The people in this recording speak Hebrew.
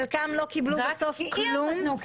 חלקם לא קיבלו בסוף כלום.